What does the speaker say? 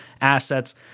assets